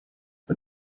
but